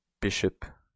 bishop